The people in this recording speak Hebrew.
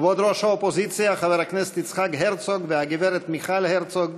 כבוד ראש האופוזיציה חבר הכנסת יצחק הרצוג והגברת מיכל הרצוג,